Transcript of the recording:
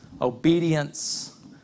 obedience